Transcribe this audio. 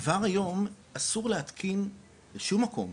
כבר היום אסור להתקין בשום מקום,